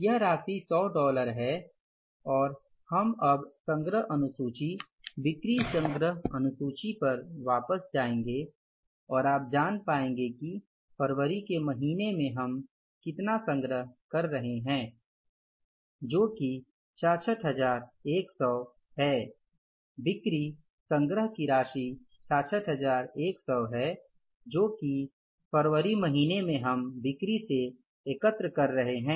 यह राशि 100 डॉलर है और अब हम संग्रह अनुसूची बिक्री संग्रह अनुसूची पर वापस जाएंगे और आप जान पाएंगे कि फरवरी के महीने में हम कितना संग्रह कर रहे हैं जो की 66100 है बिक्री संग्रह की राशि 66100 है जो की फरवरी महीने में हम बिक्री से एकत्र कर रहे हैं